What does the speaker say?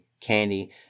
candy